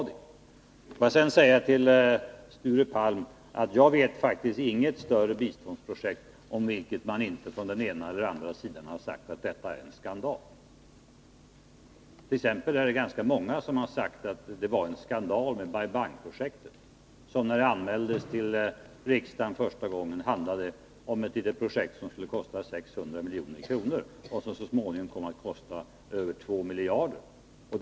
Får jag sedan säga till Sture Palm att jag faktiskt inte vet något större biståndsprojekt om vilket man inte på den ena eller den andra sidan har sagt att det är en skandal. Det är t.ex. ganska många som har sagt att det var en skandal med Bai Bang-projektet, som när det anmäldes till riksdagen första gången handlade om ett litet projekt som skulle kosta 600 milj.kr., men som så småningom kom att kosta över 2 miljarder kronor.